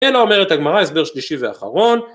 אלא אומרת הגמרא הסבר שלישי ואחרון.